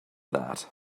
that